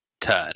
turn